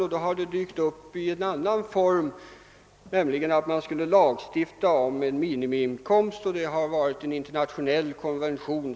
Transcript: Förslagen har ibland haft en annan form; man har velat att Sverige skulle underteckna en internationell konvention.